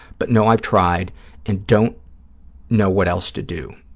but, no, i've tried and don't know what else to do.